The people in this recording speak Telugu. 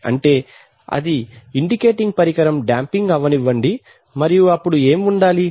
అంటే అది ఇండికేటింగ్ పరికరం డాంపింగ్ అవ్వనివ్వండి మరియు అప్పుడు ఏమి ఉండాలి